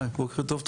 בוקר טוב,